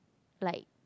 like